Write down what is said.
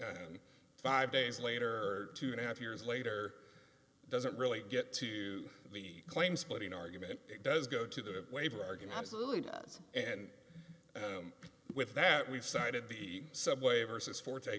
and five days later or two and a half years later doesn't really get to the claim splitting argument it does go to the waiver argument saludos and with that we've cited the subway versus fo